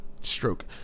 stroke